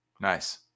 Nice